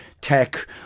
tech